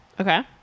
Okay